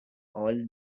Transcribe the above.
all